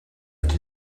qui